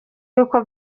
y’uko